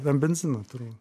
ant benzino turbū